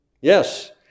Yes